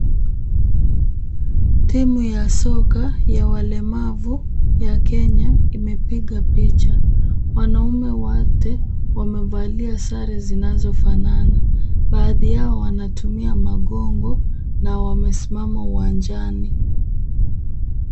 Timu ya soka ya walemavu ya Kenya imepiga picha. Wanaume wote wamevalia sare zinazofanana. Baadhi yao wanatumia magongo na wamesimama uwanjani.